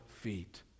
feet